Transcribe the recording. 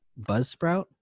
Buzzsprout